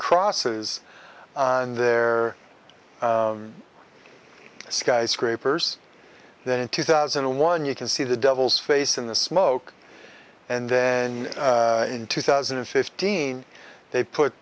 crosses on their skyscrapers that in two thousand and one you can see the devil's face in the smoke and then in two thousand and fifteen they put